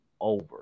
over